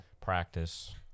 practice